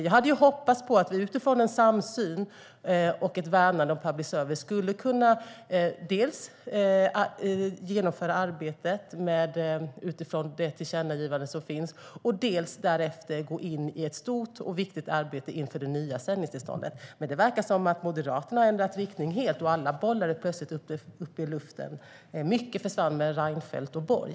Jag hade hoppats på att vi utifrån en samsyn och ett värnande om public service skulle kunna dels genomföra arbetet utifrån det tillkännagivande som finns, dels därefter gå in i ett stort och viktigt arbete inför det nya sändningstillståndet. Men det verkar som om Moderaterna har ändrat riktning helt. Alla bollar är plötsligt uppe i luften. Mycket försvann med Reinfeldt och Borg.